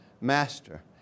master